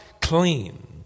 clean